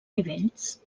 nivells